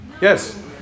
Yes